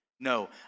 No